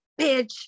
bitch